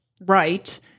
right